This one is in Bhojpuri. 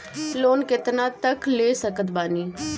लोन कितना तक ले सकत बानी?